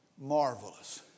marvelous